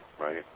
right